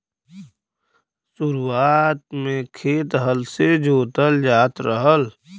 शुरुआत में खेत हल से जोतल जात रहल